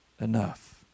enough